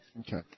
Okay